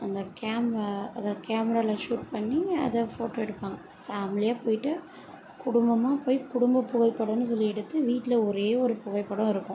அந்த கேமை அதாவது கேமராவில ஷூட் பண்ணி அதை ஃபோட்டோ எடுப்பாங்கள் ஃபேமிலியாக போய்ட்டு குடும்பமாக போய் குடும்பப் புகைப்படம்னு சொல்லி எடுத்து வீட்டில ஒரே ஒரு புகைப்படம் இருக்கும்